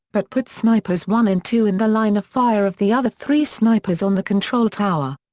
but put snipers one and two in the line of fire of the other three snipers on the control tower.